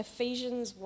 Ephesians